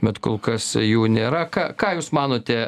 bet kol kas jų nėra ką ką jūs manote